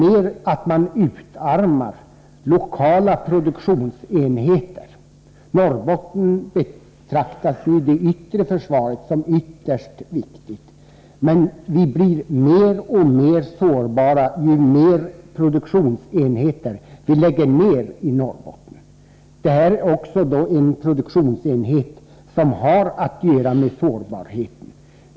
På detta sätt utarmas lokala produktionsenheter. När det gäller det yttre försvaret betraktas ju Norrbotten som synnerligen viktigt, men Norrbotten blir mer och mer sårbart ju fler produktionsenheter som läggs ned där uppe. Det här är en produktion som påverkar sårbarheten. Herr talman!